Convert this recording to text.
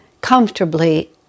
comfortably